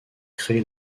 créé